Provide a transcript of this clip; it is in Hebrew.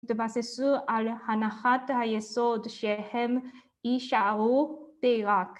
יתבססו על הנחת היסוד שהם ישארו, די רק.